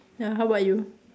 ya how about you